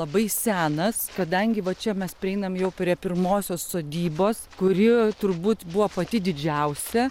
labai senas kadangi va čia mes prieinam jau prie pirmosios sodybos kuri turbūt buvo pati didžiausia